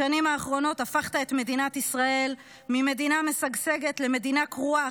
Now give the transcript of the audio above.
בשנים האחרונות הפכת את מדינת ישראל ממדינה משגשגת למדינה קרועה,